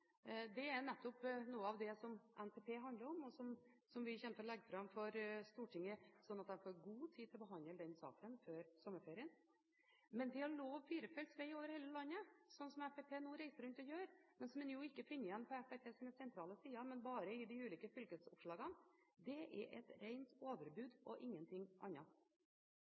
Det er nettopp noe av det NTP handler om. Vi kommer til å legge dette fram for Stortinget, slik at en får god tid til å behandle denne saken før sommerferien. Det å love firefelts vei over hele landet, slik Fremskrittspartiet nå reiser rundt og gjør – noe som en ikke finner igjen på Fremskrittspartiets sentrale sider, men bare i de ulike fylkesoppslagene – er et rent overbud og ingenting annet.